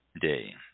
day